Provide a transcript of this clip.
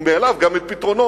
ומאליו גם את פתרונו.